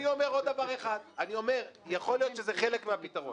יכול להיות שזה חלק מן הפתרון.